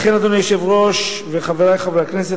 אדוני היושב-ראש וחברי חברי הכנסת,